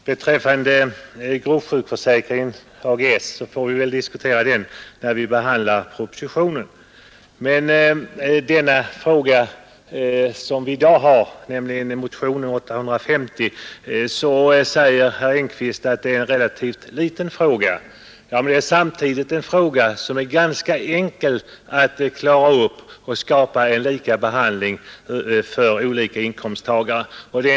Herr talman! Gruppsjukförsäkringen AGS får vi väl diskutera när propositionen kommer att behandlas här i riksdagen. Herr Engkvist säger att den fråga vi i dag behandlar — motionen 850 — är en relativt liten fråga. Ja, men det är samtidigt en fråga som det är ganska enkelt att klara upp och därigenom åstadkomma lika behandling för olika inkomsttagare.